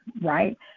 right